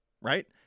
right